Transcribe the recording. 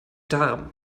darm